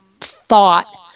thought